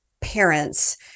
parents